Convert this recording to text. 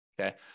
okay